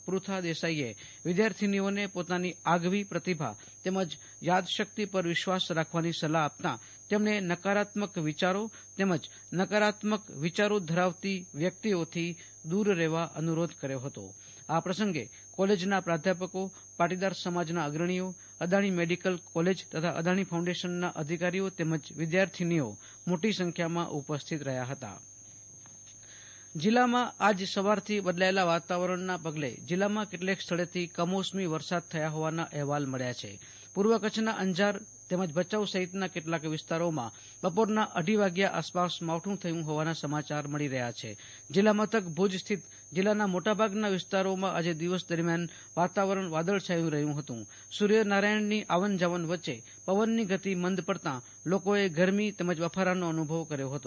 પૃથા દેસાઈવિદ્યાર્થીઓને પોતાની આગવી પ્રતિભા ઉપર અને યાદશક્તિ ઉપર વિશ્વાસરાખવા ની સલાફ આપતા તેમણે નકારાત્મક વિચારધરાવતા લોકોથી દુર રફેવા અનુરોધ કર્યો ફતો આ પ્રસંગે કોલેજના પ્રધ્યાપકો પાટીદાર સમાજના અગ્રણીઓ અદાણી મેડીકલ કોલેજ તથા અદાણી ફાઉન્ડેશન નાં અધિકારીઓ તેમજ વિદ્યાર્થીઓ મોટી સંખ્યામાં ઉપસ્થિત રહ્યા હતા આસુતોષ અંતાણી જીલ્લામાં આજ સવારથી બદયાયેલા વાતાવરણ પગલે જીલ્લામાં કેટલાક વિસ્તાર માં કામોસમી વરસાદ થયા હોવાનો અહેવાલ મળ્યો છે પૂર્વ કરછ નાં અંગેના ભચાઉ સફીત નાં કેટલાક વિસ્તારોમાં લાખોદનાં અઢી વાગ્યા આસપાસ માવઠું થયું હોવાના સમાચાર મળી રહ્યા છે જીલ્લામથક ભુજ સફીત જિલ્લા મોટા ભાગના સમરોફમાં આજે દિવસ દરમિયાન વાતાવરણ વાદળ છાયું રહ્યું હતું સર્યનારાયણની આવન જાવન વચે પવનની ગતિ મંદ પડતા લોકોએ ગરમી બફારાના અનુભવ કાર્ય હતા